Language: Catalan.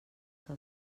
que